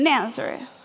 Nazareth